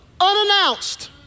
Unannounced